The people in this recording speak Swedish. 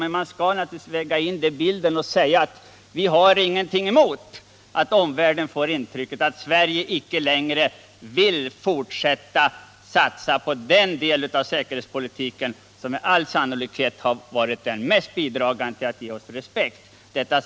Men man skall naturligtvis väga in den aspekten i bilden och då säga att vi inte har någonting emot att omvärlden får intrycket att Sverige icke längre vill fortsätta att satsa på den del av säkerhetspolitiken som med all sannolikhet har varit mest bidragande till att ge oss respekt.